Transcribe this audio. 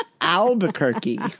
Albuquerque